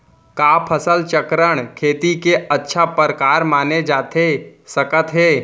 का फसल चक्रण, खेती के अच्छा प्रकार माने जाथे सकत हे?